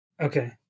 Okay